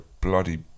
bloody